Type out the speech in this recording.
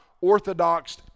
orthodox